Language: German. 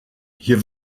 hier